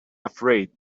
afraid